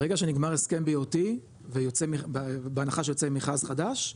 ברגע שנגמר הסכם BOT בהנחה שיוצא מכרז חדש,